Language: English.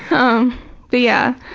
ha-ha um yeah.